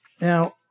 Now